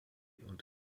und